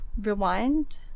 rewind